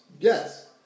Yes